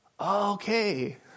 okay